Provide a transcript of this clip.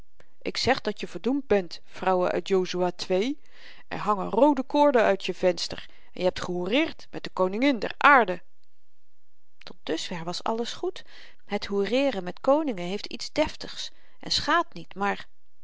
ik zeg dat je verdoemd bent vrouwe uit josua twee er hangen roode koorden uit je venster en je hebt gehoereerd met de koningen der aarde tot dusver was alles goed het hoereeren met koningen heeft iets deftigs en schaadt niet maar